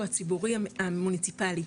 או הציבורי המוניציפלי.